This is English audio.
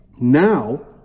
Now